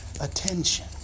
attention